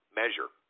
measure